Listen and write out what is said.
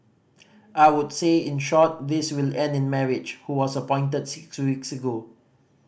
I would say in short this will end in marriage who was appointed six weeks ago